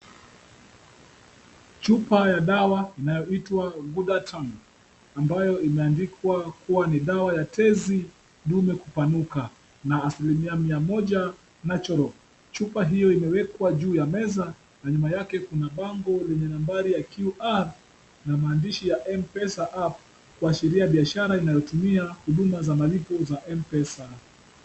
Chupa ya dawa inayoitwa Ghudatun ambayo imeandikwa kuwa ni dawa ya tezi dume kupanuka na asilimia mia moja natural . Chupa hiyo imewekwa juu ya meza na nyuma yake kuna bango lenye nambari ya QR na maandishi ya M-Pesa app kuashiria biashara inayotumia huduma za malipo za M-Pesa.